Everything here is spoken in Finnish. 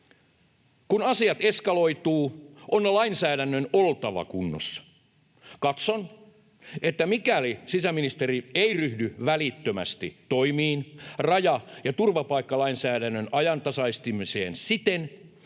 Kun asiat eskaloituvat, on lainsäädännön oltava kunnossa. Katson, että mikäli sisäministeri ei ryhdy välittömästi toimiin raja- ja turvapaikkalainsäädännön ajantasaistamiseksi siten,